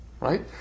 right